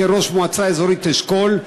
כראש המועצה האזורית אשכול,